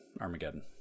Armageddon